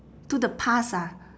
to the past ah